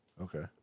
Okay